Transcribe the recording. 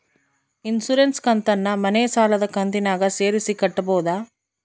Insurance ಕಂತನ್ನ ಮನೆ ಸಾಲದ ಕಂತಿನಾಗ ಸೇರಿಸಿ ಕಟ್ಟಬೋದ?